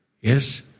Yes